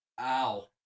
Ow